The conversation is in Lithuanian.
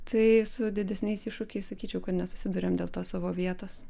tai su didesniais iššūkiais sakyčiau kad nesusiduriam dėl tos savo vietos